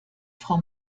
frau